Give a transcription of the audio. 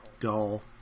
dull